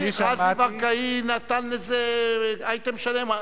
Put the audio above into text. רזי ברקאי נתן לזה אייטם שלם.